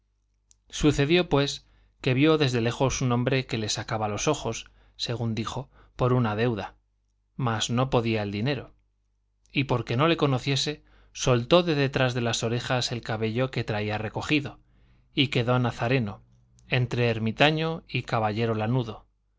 sucedió pues que vio desde lejos un hombre que le sacaba los ojos según dijo por una deuda mas no podía el dinero y porque no le conociese soltó de detrás de las orejas el cabello que traía recogido y quedó nazareno entre ermitaño y caballero lanudo